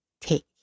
take